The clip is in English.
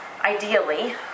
ideally